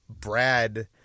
Brad